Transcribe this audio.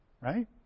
Right